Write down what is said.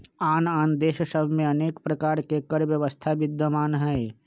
आन आन देश सभ में अनेक प्रकार के कर व्यवस्था विद्यमान हइ